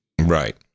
right